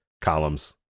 columns